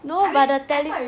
no but the tele